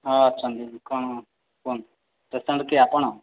ହଁ ଅଛନ୍ତି କ'ଣ କୁହନ୍ତୁ କିଏ ଆପଣ